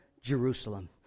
Jerusalem